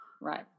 Right